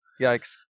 Yikes